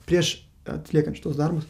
prieš atliekant šituos darbus